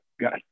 got